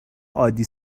عادی